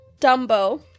Dumbo